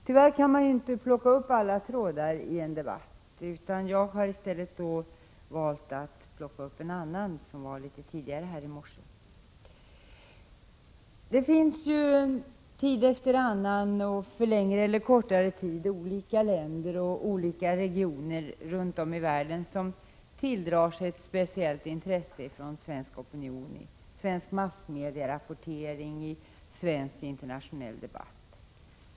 Tyvärr kan man inte plocka upp alla trådar i en debatt. Jag har valt att i stället för denna plocka upp en annan, som var aktuell litet tidigare i morse. Tid efter annan och under längre eller kortare perioder tilldrar sig olika länder och regioner runt om i världen ett speciellt intresse hos den svenska opinionen, i vår massmedierapportering och i vår internationella debatt.